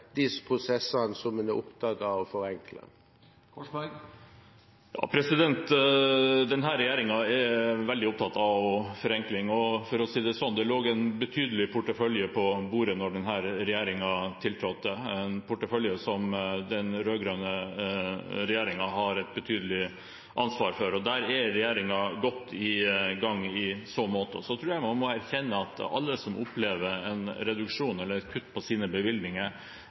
disse prosessene som en er opptatt av å forenkle? Denne regjeringen er veldig opptatt av forenkling. For å si det sånn: Det lå en betydelig portefølje på bordet da denne regjeringen tiltrådte, en portefølje som den rød-grønne regjeringen har et betydelig ansvar for. Der er regjeringen godt i gang i så måte. Jeg tror man må erkjenne at alle som opplever en reduksjon eller et kutt i sine bevilgninger,